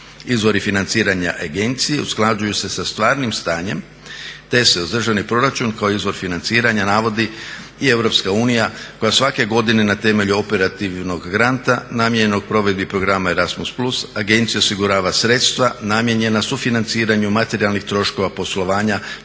Izvori financiranja agencije usklađuju se sa stvarnim stanjem te se uz državni proračun kao izvor financiranja navodi i Europska unija koja svake godine na temelju operativnog granta namijenjenog provedbi programa Erasmus+ agenciji osigurava sredstva namijenjena sufinanciranju materijalnih troškova poslovanja